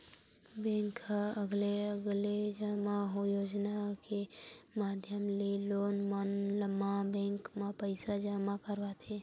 bank ह अलगे अलगे जमा योजना के माधियम ले लोगन मन ल बेंक म पइसा जमा करवाथे